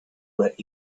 that